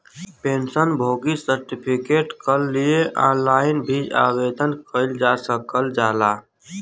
pension भोगी certificate कल लिए ऑनलाइन भी आवेदन कइल जा सकल जाला